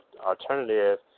alternative